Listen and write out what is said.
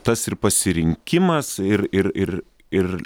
tas ir pasirinkimas ir ir ir ir